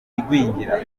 igwingira